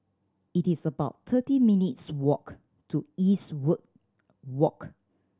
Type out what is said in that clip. it is about thirty minutes' walk to Eastwood Walk